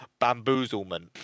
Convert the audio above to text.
bamboozlement